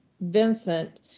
Vincent